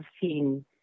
seen